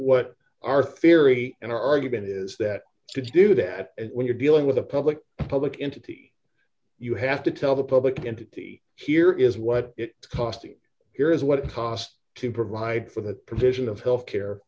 what our theory and our argument is that to do that when you're dealing with a public public entity you have to tell the public entity here is what it's costing here's what it costs to provide for the provision of health care